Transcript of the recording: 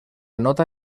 nota